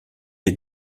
est